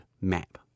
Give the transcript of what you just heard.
Map